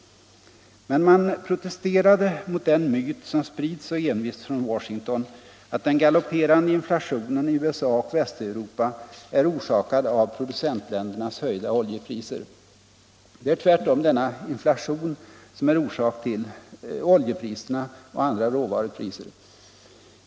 Men man protesterade mot den myt som sprids så envist från Washington, att den galopperande inflationen i USA och Västeuropa är orsakad av producentländernas höjda oljepriser. Det är tvärtom denna inflation som är orsak till stegringarna av oljepriserna.